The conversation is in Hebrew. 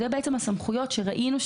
אלה הסמכויות שראינו,